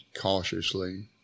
cautiously